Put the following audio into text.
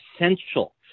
essential